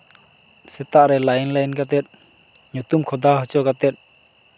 ᱥᱮᱛᱟᱜ ᱨᱮ line line ᱠᱟᱛᱮᱫ ᱧᱩᱛᱩᱢ ᱠᱷᱚᱫᱟ ᱦᱚᱪᱚ ᱠᱟᱛᱮᱫ